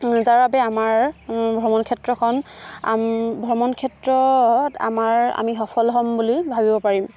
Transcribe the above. যাৰ বাবে আমাৰ ভ্ৰমণ ক্ষেত্ৰখন ভ্ৰমণ ক্ষেত্ৰত আমাৰ আমি সফল হ'ম বুলি ভাবিব পাৰিম